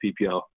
PPL